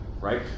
right